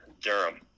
Durham